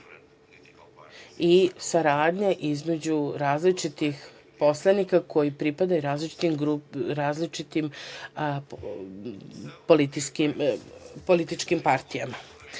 i saradnja između različitih poslanika koji pripadaju različitim političkim partijama. Dakle,